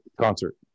concert